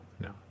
No